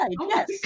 yes